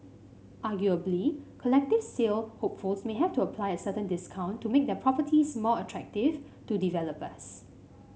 arguably collective sale hopefuls may have to apply a certain discount to make their properties more attractive to developers